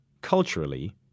culturally